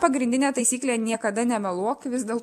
pagrindinė taisyklė niekada nemeluok vis dėl